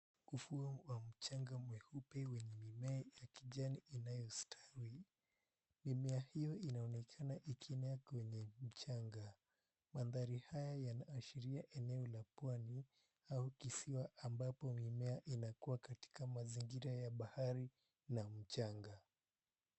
Ufuo wa mchanga mweupe wenye mimea ya kijani inayostawi. Mimea hio inaonekana ikimea kwenye mchanga. Mandhari haya yanaashiria eneo la pwani au kisiwa ambapo mimea inakua katika mazingira ya bahari na mchanga.